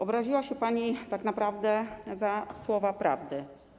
Obraziła się pani tak naprawdę za słowa prawdy.